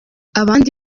abandi